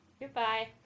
Goodbye